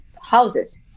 houses